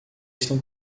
estão